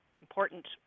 important